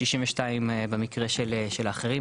62 במקרה של האחרים,